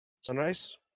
Sunrise